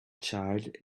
child